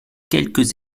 quelques